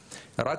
שלהם.